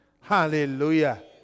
Hallelujah